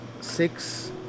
six